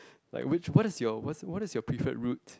like which what is your what's what is your preferred route